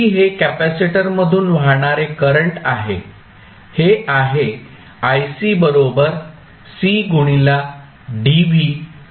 हे कॅपेसिटरमधून वाहणारे करंट आहे हे आहे